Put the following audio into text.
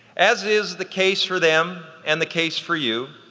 as is the case for them and the case for you,